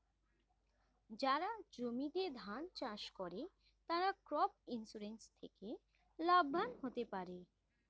যারা জমিতে ধান চাষ করে তারা ক্রপ ইন্সুরেন্স থেকে লাভবান হতে পারে